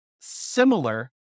similar